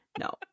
No